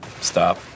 Stop